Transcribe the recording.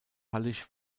hallig